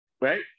right